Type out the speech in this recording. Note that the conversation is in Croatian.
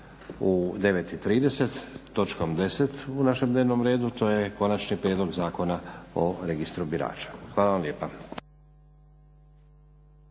10. u našem dnevnom redu, to je Konačni prijedlog Zakona o Registru birača. Hvala vam lijepa.